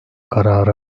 kararı